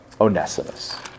Onesimus